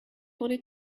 wanted